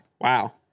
wow